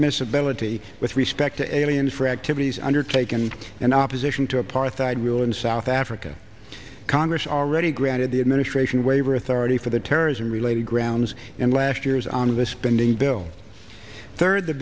the with respect to any and for activities undertaken in opposition to apartheid rule in south africa congress already granted the administration waiver authority for the terrorism related grounds and last years on the spending bill third the